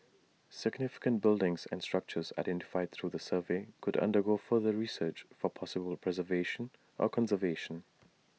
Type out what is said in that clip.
significant buildings and structures identified through the survey could undergo further research for possible preservation or conservation